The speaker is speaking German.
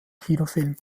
kinofilm